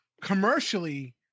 commercially